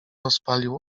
rozpalił